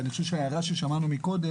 ואני חושב שההערה ששמענו מקודם,